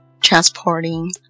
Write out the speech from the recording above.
transporting